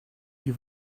die